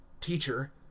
teacher